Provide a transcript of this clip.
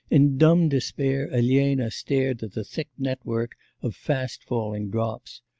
in dumb despair elena stared at the thick network of fast-falling drops.